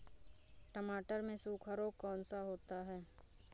टमाटर में सूखा रोग कौन सा होता है?